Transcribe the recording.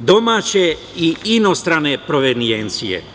domaće i inostrane provenijencije.